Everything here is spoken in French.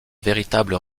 véritable